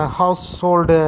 household